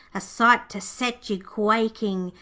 a sight to set you quaking,